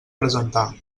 presentar